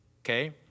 Okay